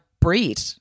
breed